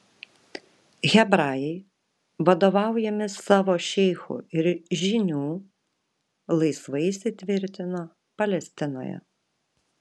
hebrajai vadovaujami savo šeichų ir žynių laisvai įsitvirtino palestinoje